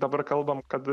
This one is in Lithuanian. dabar kalbam kad